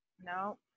no